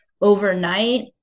overnight